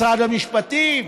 משרד המשפטים,